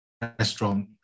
restaurant